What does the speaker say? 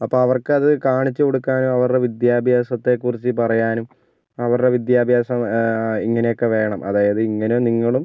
അപ്പം അവർക്കത് കാണിച്ച് കൊടുക്കാനും അവരുടെ വിദ്യാഭ്യാസത്തെ കുറിച്ച് പറയാനും അവരുടെ വിദ്യാഭ്യാസം ഇങ്ങനയൊക്കെ വേണം അതായത് ഇങ്ങനെ നിങ്ങളും